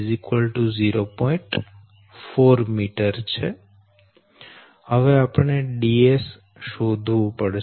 4 metre હવે આપણે Ds શોધવુ પડશે